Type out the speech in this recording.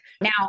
Now